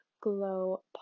Glow